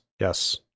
Yes